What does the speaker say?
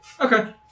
Okay